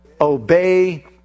obey